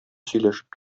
сөйләшеп